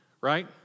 Right